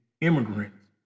immigrants